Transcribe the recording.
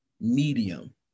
medium